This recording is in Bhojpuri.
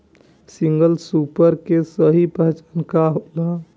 सिंगल सूपर के सही पहचान का होला?